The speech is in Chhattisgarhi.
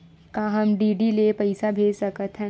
का हम डी.डी ले पईसा भेज सकत हन?